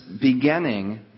beginning